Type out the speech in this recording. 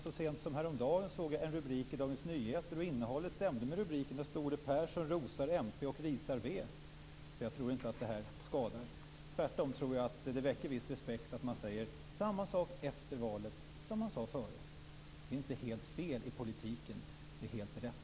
Så sent som häromdagen såg jag en rubrik i Dagens Nyheter: Persson rosar mp och risar v. Innehållet stämde också med rubriken. Jag tror inte att detta skadar. Tvärtom väcker det viss respekt att man säger samma sak efter valet som före. Det är inte helt fel i politiken. Det är helt rätt.